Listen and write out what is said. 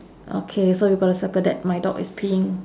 okay so you gotta circle that my dog is peeing